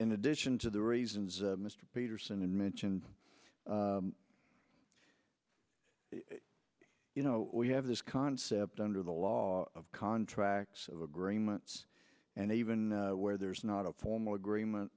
in addition to the reasons mr peterson and mentioned you know we have this concept under the law of contracts of agreements and even where there's not a formal agreement